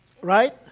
Right